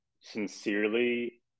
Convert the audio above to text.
sincerely